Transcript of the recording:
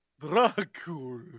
Dracula